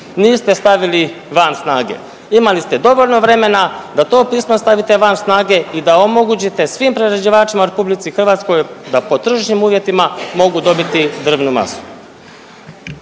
niste stavili van snage? Imali ste dovoljno vremena da to pismo stavite van snage i da omogućite svim prerađivačima u RH da po tržišnim uvjetima mogu dobiti drvnu masu.